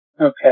okay